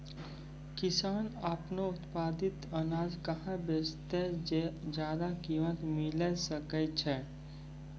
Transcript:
किसान आपनो उत्पादित अनाज कहाँ बेचतै जे ज्यादा कीमत मिलैल सकै छै?